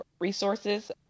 resources